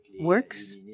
works